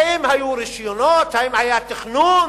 האם היו רשיונות, האם היה תכנון?